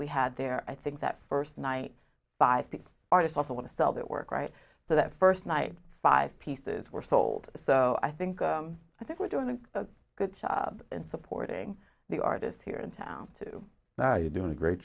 we had there i think that first night by the artists also want to sell their work right so that first night five pieces were sold so i think i think we're doing a good job in supporting the artists here in town to now you're doing a great